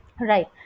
Right